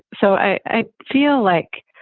so i feel like